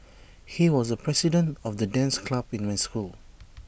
he was the president of the dance club in my school